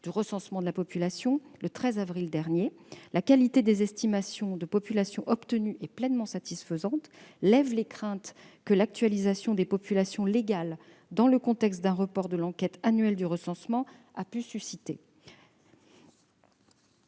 du recensement de la population le 13 avril dernier. La qualité des estimations de populations obtenues est pleinement satisfaisante et lève les craintes que l'actualisation des populations légales, dans le contexte d'un report de l'enquête annuelle de recensement, a pu susciter.